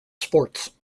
sports